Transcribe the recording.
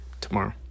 tomorrow